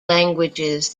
languages